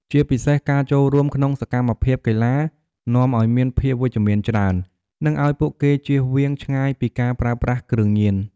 ជាពិសេសការចូលរួមក្នុងសកម្មភាពកីឡានាំអោយមានភាពវិជ្ជមានច្រើន និងឲ្យពួកគេជៀសវាងឆ្ងាយពីការប្រើប្រាស់គ្រឿងញៀន។